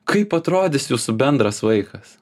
kaip atrodys jūsų bendras vaikas